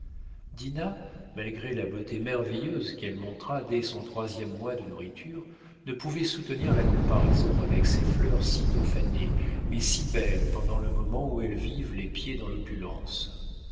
malgré la beauté merveilleuse qu'elle montra dès son troisième mois de nourriture ne pouvait soutenir la comparaison avec ces fleurs sitôt fanées mais si belles pendant le moment où elles vivent les pieds dans l'opulence